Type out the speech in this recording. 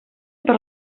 per